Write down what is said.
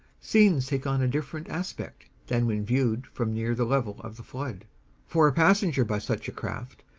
scenes take on a different aspect than when viewed from near the level of the flood for a passenger by such a craft,